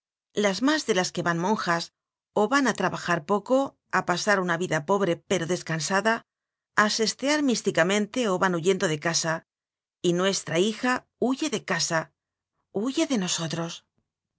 las más de las que van monjas o van a trabajar poco a pasar una vida pobre pero descansada a sestear místicamente o van huyendo de casa y nuestra hija huye de casa huye de nosotros